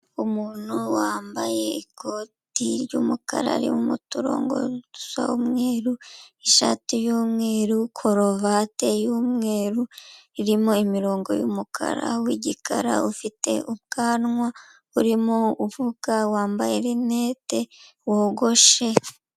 Umuntu wambaye ikoti ry'umukara harimo umuturongo dusa umweru, ishati y'umweru karuvati y'umweru, irimo imirongo y'umukara w'igikara ufite ubwanwa urimo uvuga, wambaye rinete wogoshe.